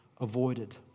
avoided